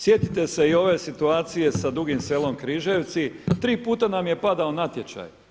Sjetite se i ove situacije sa Dugim Selom-Križevci, tri puta nam je padao natječaj.